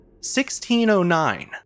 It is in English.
1609